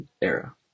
era